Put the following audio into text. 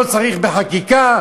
לא צריך חקיקה.